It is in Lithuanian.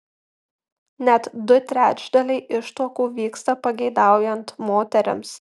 net du trečdaliai ištuokų vyksta pageidaujant moterims